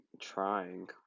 trying